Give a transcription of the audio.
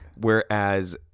Whereas